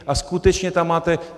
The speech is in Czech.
a skutečně tam máte...